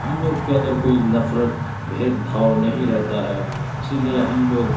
ہم لوگ كے اندر كوئی نفرت بھید بھاؤ نہیں رہتا ہے اسی لیے ہم لوگ